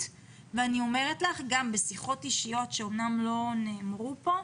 ואני אומרת לך שגם בשיחות אישיות שאמנם לא נאמרו כאן,